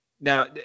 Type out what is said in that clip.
Now